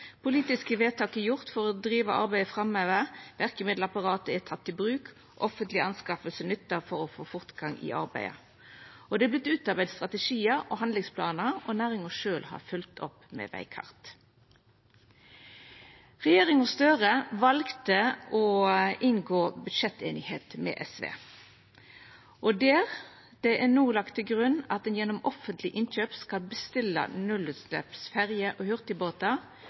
politiske vedtak for å driva arbeidet framover, verkemiddelapparatet er teke i bruk, og offentlege anskaffingar er nytta for å få fortgang i arbeidet. Det har vorte utarbeidd strategiar og handlingsplanar, og næringa sjølv har følgt opp med vegkart. Regjeringa Støre valde å inngå budsjetteinigheit med SV. Det er no lagt til grunn at ein gjennom offentlege innkjøp skal bestilla nullutsleppsferjer og hurtigbåtar, og